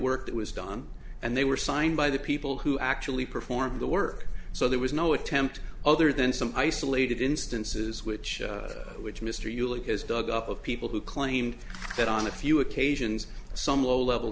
that was done and they were signed by the people who actually performed the work so there was no attempt other than some isolated instances which which mr ulick has dug up of people who claimed that on a few occasions some low level